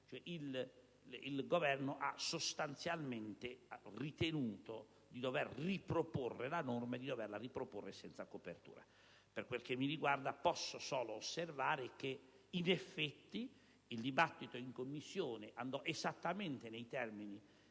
il Governo, cioè, ha sostanzialmente ritenuto di dover riproporre la norma, e senza copertura. Per quel che mi riguarda posso solo osservare che, in effetti, il dibattito in Commissione andò esattamente nei termini